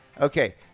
Okay